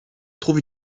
trouve